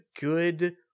good